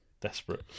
desperate